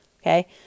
okay